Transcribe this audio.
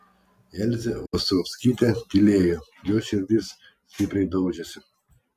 elzė ostrovskytė tylėjo jos širdis stipriai daužėsi